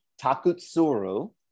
Takutsuru